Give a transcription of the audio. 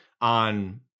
on